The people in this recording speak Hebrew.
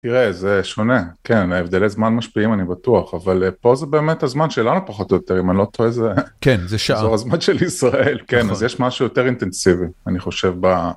תראה, זה שונה. כן, ההבדלי זמן משפיעים, אני בטוח, אבל פה זה באמת הזמן שלנו פחות או יותר, אם אני לא טועה איזה... כן, זה שער. זה הזמן של ישראל, כן, אז יש משהו יותר אינטנסיבי, אני חושב.